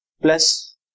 plus